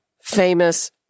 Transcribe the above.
famous